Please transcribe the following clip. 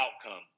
outcome